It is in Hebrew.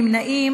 נמנעים.